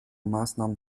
maßnahmen